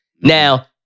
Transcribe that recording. Now